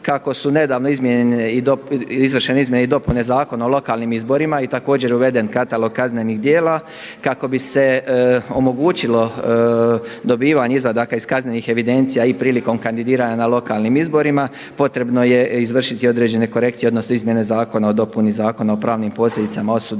Kako su nedavno izvršene izmjene i dopune Zakona o lokalnim izborima i također uveden katalog kaznenih djela, kako bi se omogućilo dobivanje izvadaka iz kaznenih evidencija i prilikom kandidiranja na lokalnim izborima potrebno je izvršiti i određene korekcije, odnosno izmjene Zakona o dopuni Zakona o pravnim posljedicama osude,